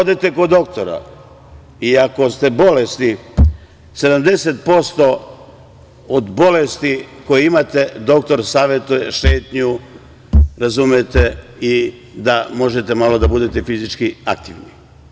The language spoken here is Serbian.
Odete kod doktora i ako ste bolesni, 70% od bolesti koje imate doktor savetuje šetnju i da možete malo da budete fizički aktivni.